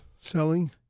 selling